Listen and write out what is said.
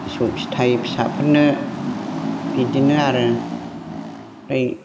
फिसौ फिथाय फिसाफोरनो बिदिनो आरो ओमफ्राय